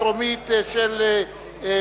השטרות (שיקים מסורטטים לא סחירים),